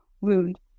wound